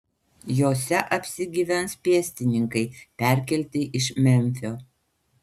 jose apsigyvens pėstininkai perkelti iš memfio